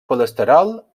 colesterol